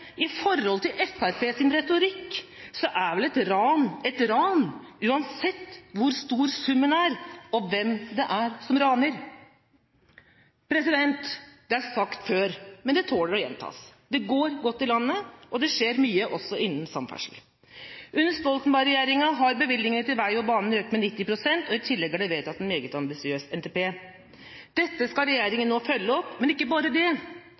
retorikk er vel et ran et ran, uansett hvor stor summen er, og hvem det er som raner. Det er sagt før, men det tåler å gjentas: Det går godt i landet, og det skjer mye også innen samferdsel. Under Stoltenberg-regjeringa har bevilgningene til vei og bane økt med 90 pst., og i tillegg er det vedtatt en meget ambisiøs NTP. Dette skal regjeringa nå følge opp, men ikke bare det: